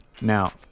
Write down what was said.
Now